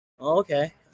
Okay